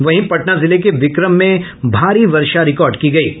वहीं पटना जिले के विक्रम में भारी वर्षा रिकार्ड की गयी है